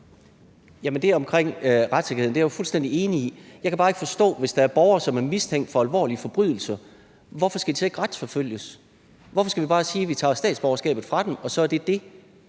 Det omkring retssikkerheden er jeg fuldstændig enig i. Jeg kan bare ikke forstå, hvorfor de, hvis der er borgere, som er mistænkt for alvorlige forbrydelser, så ikke skal retsforfølges? Hvorfor skal vi bare sige, at vi tager statsborgerskabet fra dem, og så er det det?